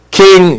king